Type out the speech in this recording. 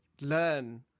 learn